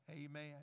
amen